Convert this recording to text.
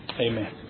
Amen